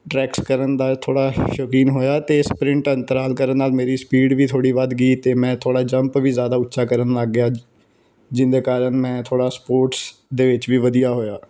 ਡਰੈਕਸ ਕਰਨ ਦਾ ਥੋੜ੍ਹਾ ਸ਼ੌਕੀਨ ਹੋਇਆ ਅਤੇ ਸਪਰਿੰਟ ਅੰਤਰਾਲ ਕਰਨ ਨਾਲ ਮੇਰੀ ਸਪੀਡ ਵੀ ਥੋੜ੍ਹੀ ਵੱਧ ਗਈ ਅਤੇ ਮੈਂ ਥੋੜ੍ਹਾ ਜੰਪ ਵੀ ਜ਼ਿਆਦਾ ਉੱਚਾ ਕਰਨ ਲੱਗ ਗਿਆ ਜਿਹਦੇ ਕਾਰਨ ਮੈਂ ਥੋੜ੍ਹਾ ਸਪੋਰਟਸ ਦੇ ਵਿੱਚ ਵੀ ਵਧੀਆ ਹੋਇਆ